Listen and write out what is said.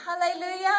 Hallelujah